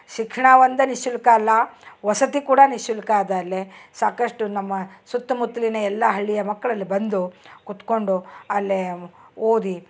ಶಿಕ್ಷಣ ಒಂದೆ ನಿಶುಲ್ಕ ಅಲ್ಲ ವಸತಿ ಕೂಡ ನಿಶುಲ್ಕ ಅದ ಅಲ್ಲಿ ಸಾಕಷ್ಟು ನಮ್ಮ ಸುತ್ತಮುತ್ತಲಿನ ಎಲ್ಲಾ ಹಳ್ಳಿಯ ಮಕ್ಕಳಲ್ಲಿ ಬಂದು ಕುತ್ಕೊಂಡು ಅಲ್ಲಿ ಓದಿ